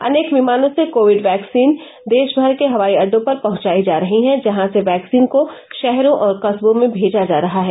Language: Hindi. अनेक विमानों से कोविड वैक्सीन देशभर के हवाई अड्डों पर पहुंचाई जा रही है जहां से वैक्सीन को शहरों और कस्बों में भेजा जा रहा है